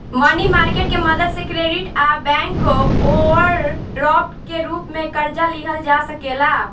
मनी market के मदद से क्रेडिट आ बैंक ओवरड्राफ्ट के रूप में कर्जा लिहल जा सकेला